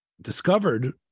discovered